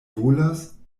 volas